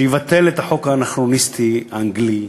שיבטל את החוק האנכרוניסטי האנגלי,